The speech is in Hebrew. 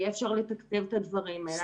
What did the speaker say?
יהיה אפשר לתקצב את הדברים האלה.